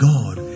God